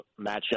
matchup